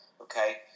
Okay